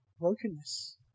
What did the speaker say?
brokenness